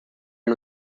and